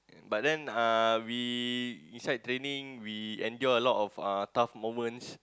but then uh we inside training we endure a lot of uh tough moments